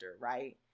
right